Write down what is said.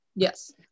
Yes